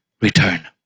return